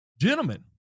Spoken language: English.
gentlemen